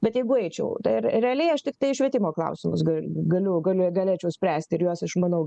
bet jeigu eičiau ir realiai aš tiktai švietimo klausimus galiu galiu galėčiau spręsti ir juos išmanau